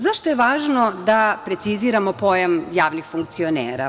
Zašto je važno da preciziramo pojam javnih funkcionera?